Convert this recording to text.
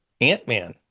Ant-Man